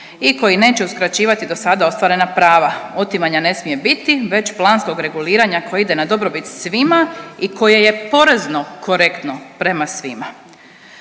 i koji neće uskraćivati dosada ostvarena prava, otimanja ne smije biti, već planskog reguliranja koje ide na dobrobit svima i koje je porezno korektno prema svima.